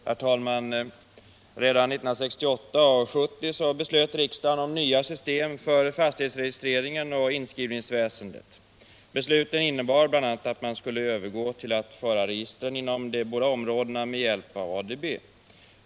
Herr talman! Redan 1968 och 1970 beslöt riksdagen om nya system för fastighetsregistreringen och inskrivningsväsendet i landet. Besluten innebar bl.a. att man skulle övergå till att föra registren inom de båda områdena med hjälp av ADB.